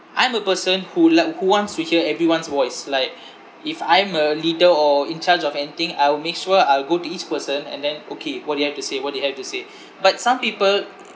I'm a person who like who wants to hear everyone's voice like if I'm a leader or in charge of anything I'll make sure I'll go to each person and then okay what do you have to say what do you have to say but some people